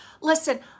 listen